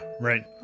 right